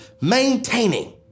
maintaining